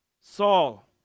Saul